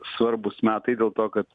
svarbūs metai dėl to kad